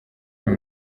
muri